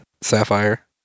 Sapphire